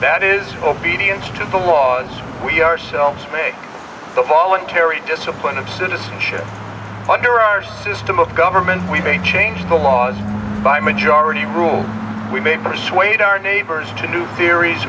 that is obedience to the laws we ourselves make the voluntary discipline of citizenship under our system of government we maintain the laws by majority rule we may persuade our neighbors to new theories